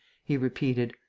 he repeated.